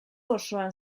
osoan